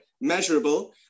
measurable